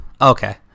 okay